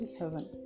heaven